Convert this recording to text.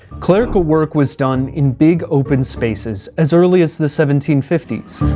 clerical work was done in big open spaces as early as the seventeen fifty s.